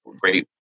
great